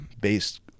based